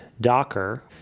Docker